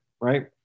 right